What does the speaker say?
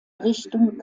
richtung